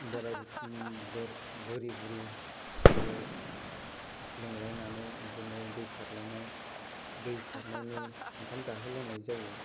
बुरि बुरि ज' लेंलायनानै बिदिनो दै सारलायनाय दै सारनायनि ओंखाम जाहोलायनाय जायो